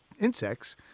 insects